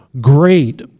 great